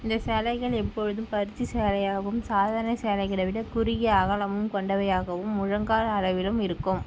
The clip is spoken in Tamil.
இந்த சேலைகள் எப்போதும் பருத்தி சேலையாகவும் சாதாரண சேலைகளை விட குறுகிய அகலமும் கொண்டவையாகவும் முழங்கால் அளவிலும் இருக்கும்